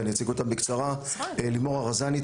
ואני אציג אותם בקצרה: לימור ארזני,